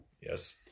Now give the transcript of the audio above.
Yes